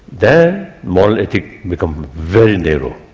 then moral ethics become very narrow.